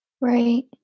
Right